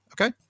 Okay